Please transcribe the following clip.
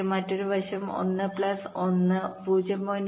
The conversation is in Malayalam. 7 മറ്റൊരു വശം 1 പ്ലസ് 1 0